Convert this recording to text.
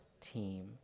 team